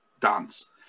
dance